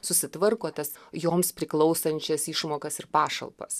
susitvarko tas joms priklausančias išmokas ir pašalpas